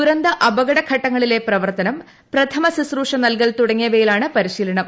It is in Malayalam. ദുരന്ത അപകടഘട്ടങ്ങളിലെ പ്രവർത്തനം പ്രഥമ ശുശ്രൂഷ നൽകൽ തുടങ്ങിയവയിലാണ് പരിശീലനം